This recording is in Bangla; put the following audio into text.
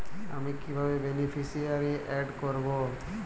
আমি কিভাবে বেনিফিসিয়ারি অ্যাড করব?